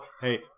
hey